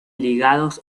ligados